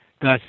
Thus